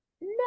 no